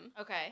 Okay